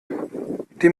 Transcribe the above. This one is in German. die